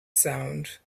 sound